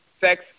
Sex